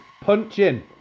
punching